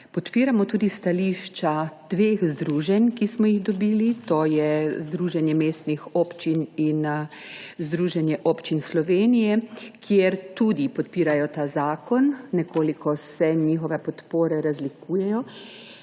podpiramo tudi stališči dveh združenj, ki smo ju dobili, to sta Združenje mestnih občin in Združenje občin Slovenije, kjer tudi podpirajo ta zakon. Nekoliko se njihove podpore razlikujejo.